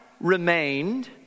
remained